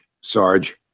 Sarge